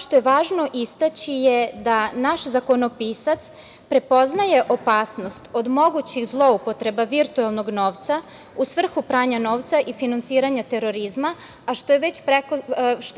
što je važno istaći je da naš zakonopisac prepoznaje opasnost od mogućih zloupotreba virtuelnog novca u svrhu pranja novca i finansiranja terorizma, a što